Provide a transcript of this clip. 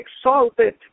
exalted